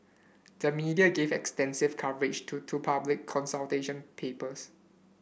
the media gave extensive coverage to two public consultation papers